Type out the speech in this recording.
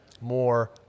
more